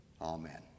Amen